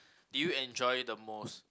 do you enjoy the most